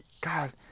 God